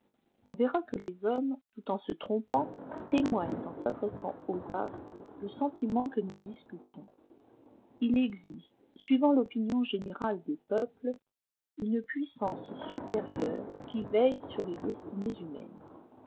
on verra que les hommes tout en se trompant témoignent en s'adressant aux astres le sentiment que nous discutons il existe suivant l'opinion générale des peuples une puissance supérieure qui veille sur les destinées humaines